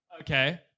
Okay